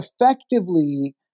effectively